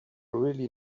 really